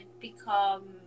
become